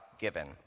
given